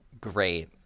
Great